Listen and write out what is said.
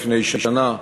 לפני שנה,